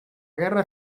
guerra